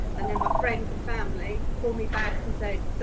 and then my friends and family pull me back and say, don't.